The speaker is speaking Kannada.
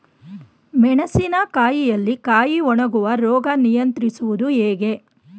ಮೆಣಸಿನ ಕಾಯಿಯಲ್ಲಿ ಕಾಯಿ ಒಣಗುವ ರೋಗ ನಿಯಂತ್ರಿಸುವುದು ಹೇಗೆ?